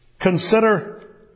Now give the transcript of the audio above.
consider